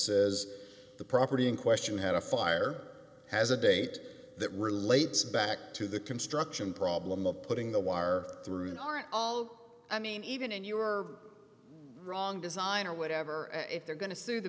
says the property in question had a fire has a date that relates back to the construction problem of putting the wire through in aren't all i mean even in you are wrong design or whatever and if they're going to sue the